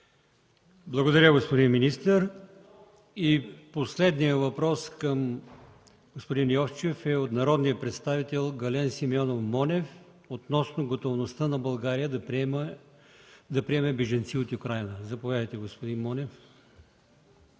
Благодаря, господин министър. Последният въпрос към господин Йовчев е от народния представител Гален Симеонов Монев относно готовността на България да приеме бежанци от Украйна. Заповядайте, господин Монев.